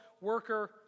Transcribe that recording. worker